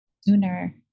sooner